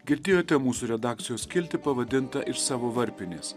girdėjote mūsų redakcijos skiltį pavadintą iš savo varpinės